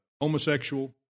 homosexual